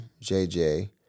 JJ